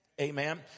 Amen